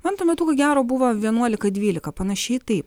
man tuo metu ko gero buvo vienuolika dvylika panašiai taip